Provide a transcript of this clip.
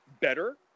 Better